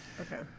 Okay